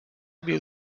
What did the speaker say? viu